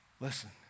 Listen